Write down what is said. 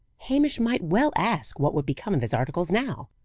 hamish might well ask what would become of his articles now!